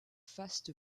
faste